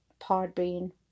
Podbean